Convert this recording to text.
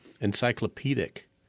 encyclopedic